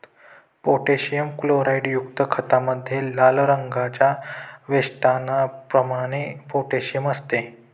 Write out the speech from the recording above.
potassium क्लोराईडयुक्त खतामध्ये लाल रंगाच्या वेष्टनाप्रमाणे पोटॅशियम असते